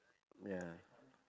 ya